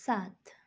सात